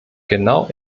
genau